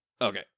Okay